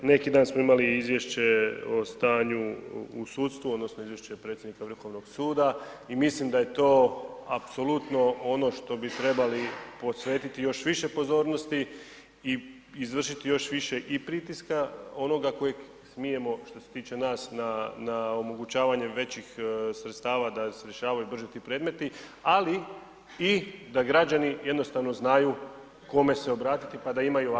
Neki dan smo imali izvješće o stanju u sudstvu odnosno izvješće predsjednika Vrhovnog suda i mislim da je to apsolutno ono što bi trebali posvetiti još više pozornosti i izvršiti još više i pritiska onoga kojeg smijemo što se tiče nas na omogućavanje većih sredstava da se rješavaju ti predmeti, ali i da građani jednostavno znaju kome se obratiti pa da imaju ovakav